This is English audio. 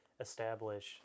establish